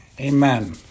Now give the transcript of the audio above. amen